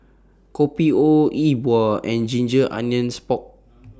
Kopi O E Bua and Ginger Onions Pork